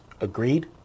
Agreed